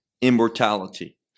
immortality